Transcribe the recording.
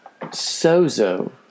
sozo